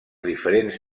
diferents